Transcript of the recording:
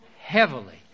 heavily